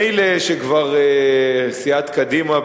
מילא שסיעת קדימה,